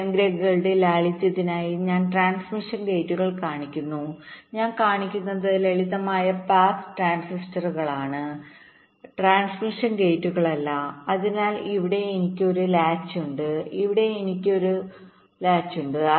ഡയഗ്രമുകളുടെ ലാളിത്യത്തിനായി ഞാൻ ട്രാൻസ്മിഷൻ ഗേറ്റുകൾ കാണിക്കുന്നു ഞാൻ കാണിക്കുന്നത് ലളിതമായ പാസ് ട്രാൻസിസ്റ്ററുകളാണ്ട്രാൻസ്മിഷൻ ഗേറ്റുകളല്ല അതിനാൽ ഇവിടെ എനിക്ക് ഒരു ലാച്ച് ഉണ്ട് ഇവിടെ എനിക്ക് ഒരു ലാച്ച് ഉണ്ട്